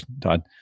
Todd